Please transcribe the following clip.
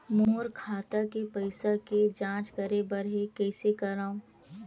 मोर खाता के पईसा के जांच करे बर हे, कइसे करंव?